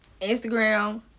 Instagram